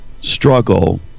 struggle